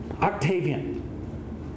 Octavian